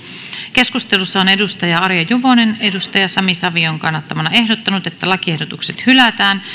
keskustelussa on arja juvonen sami savion kannattamana ehdottanut että lakiehdotukset hylätään